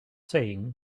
saying